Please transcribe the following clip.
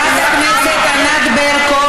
חברת הכנסת ענת ברקו.